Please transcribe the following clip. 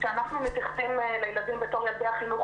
כשאנחנו מתייחסים לילדים בתור ילדי החינוך